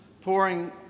pouring